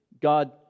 God